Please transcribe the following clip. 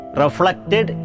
reflected